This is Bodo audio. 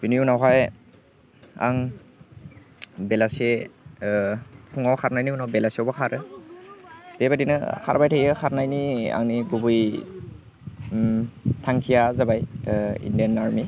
बेनि उनावहाय आं बेलासे फुङाव खारनायनि उनाव बेलासेयावबो खारो बेबायदिनो खारबाय थायो खारनायनि आंनि गुबै थांखिया जाबाय इण्डियान आर्मि